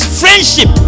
friendship